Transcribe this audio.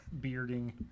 bearding